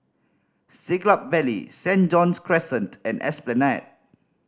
Siglap Valley Saint John's Crescent and Esplanade